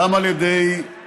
גם על ידי צה"ל,